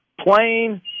plane